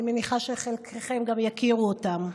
אני מניחה שחלקכם גם יכירו אותם: